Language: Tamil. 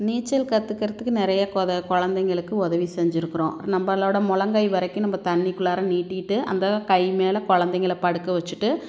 நீச்சல் கற்றுக்கறதுக்கு நிறைய கொத கொழந்தைங்களுக்கு உதவி செஞ்சுருக்குறோம் நம்மளோட மொழங்கை வரைக்கும் நம்ம தண்ணிக்குள்ளார நீட்டிகிட்டு அந்த கை மேலே கொழந்தைங்கள படுக்க வச்சுட்டு